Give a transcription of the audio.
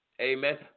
Amen